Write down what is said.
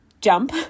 jump